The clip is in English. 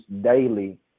daily